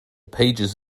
pages